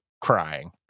crying